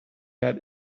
had